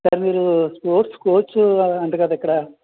sir మీరు sports coach అంట కదా ఇక్కడ